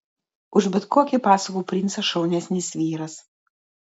už bet kokį pasakų princą šaunesnis vyras